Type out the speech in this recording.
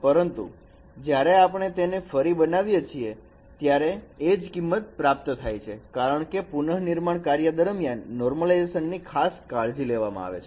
પરંતુ જ્યારે આપણે તેને ફરી બનાવીએ છીએ ત્યારે એ જ કિંમત પ્રાપ્ત થાય છે કારણકે પુનનિર્માણ કાર્ય દરમિયાન નોર્મલાઈલાઇઝેસન ની ખાસ કાળજી લેવામાં આવી છે